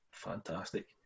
Fantastic